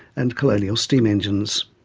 and colonial steam engines.